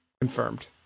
Confirmed